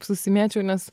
susimėčiau nes